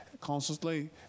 constantly